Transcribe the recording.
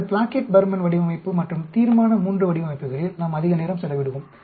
இந்த Plackett Burman வடிவமைப்பு மற்றும் தீர்மான மூன்று வடிவமைப்புகளில் நாம் அதிக நேரம் செலவிடுவோம்